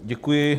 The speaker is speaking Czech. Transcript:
Děkuji.